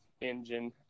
engine